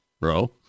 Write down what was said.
bro